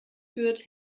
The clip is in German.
führt